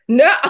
no